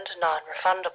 non-refundable